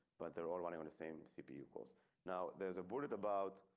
but they're all want to and same cpu cause now there's a bullet about